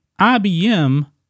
IBM